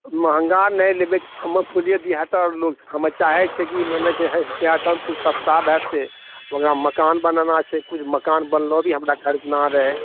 महङ्गा नहि लेबै हमर हमे चाहै छिै कि किछु सस्ता भए जेतै मगर मकान बनाना छै किछु मकान बनलो भी हमरा खरीदना रहए